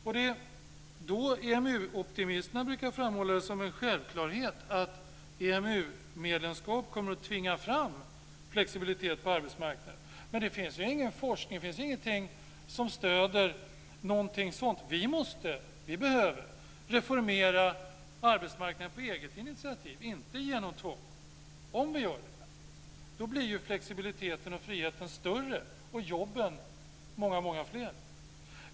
Det är då EMU-optimisterna brukar framhålla att det är en självklarhet att ett EMU-medlemskap kommer att tvinga fram flexibilitet på arbetsmarknaden. Men det finns ingen forskning som stöder någonting sådant. Vi behöver reformera arbetsmarknaden på eget initiativ, inte genom tvång. Om vi gör det blir flexibiliteten och friheten större och jobben många fler. Fru talman!